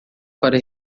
para